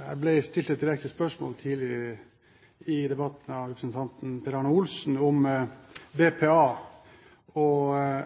Jeg ble stilt et direkte spørsmål tidligere i debatten av representanten Per Arne Olsen om